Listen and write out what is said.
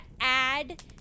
add